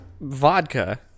vodka